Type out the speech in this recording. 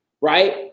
right